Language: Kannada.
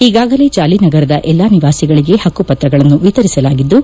ಈಗಾಗಲೇ ಜಾಲಿನಗರದ ಎಲ್ಲಾ ನಿವಾಸಿಗಳಿಗೆ ಪಕ್ಷುಪತ್ರಗಳನ್ನು ವಿತರಿಸಲಾಗಿದ್ದು